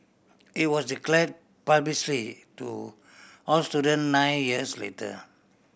it was declare publicly to all student nine years later